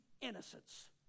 innocence